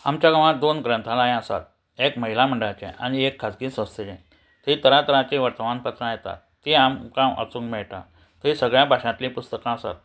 आमच्या गांवांत दोन ग्रंथालयां आसात एक महिला मंडळाचें आनी एक खाजगी संस्थेचें थंय तरातरांचीं वर्तमान पत्रां येतात ती आमकां वाचूंक मेळटा थंय सगळ्या भाशांतलीं पुस्तकां आसात